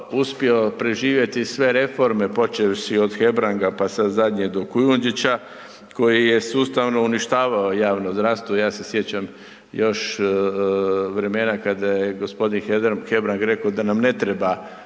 uspio preživjeti sve reforme, počevši od Hebranga, pa sad zadnje do Kujundžića koji je sustavno uništavao javno zdravstvo. Ja se sjećam još vremena kada je g. Hebrang reko da nam ne treba